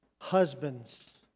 husbands